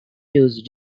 use